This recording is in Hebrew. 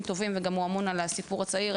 טובים והוא גם אמון על הסיפור הצעיר,